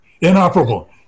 inoperable